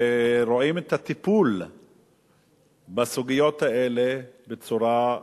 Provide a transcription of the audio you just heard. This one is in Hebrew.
ורואים את הטיפול בסוגיות האלה בצורה,